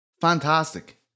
fantastic